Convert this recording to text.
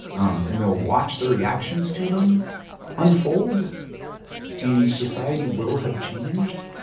um and they'll watch the reactions to them unfold and society will have changed.